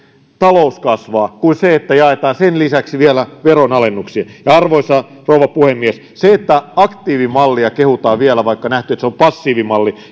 talous kasvaa kuin se että jaetaan sen lisäksi vielä veronalennuksia arvoisa rouva puhemies se että aktiivimallia kehutaan vielä vaikka on nähty että se on passiivimalli